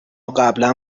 قبلا